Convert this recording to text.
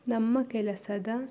ನಮ್ಮ ಕೆಲಸದ